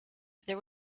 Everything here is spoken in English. there